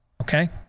okay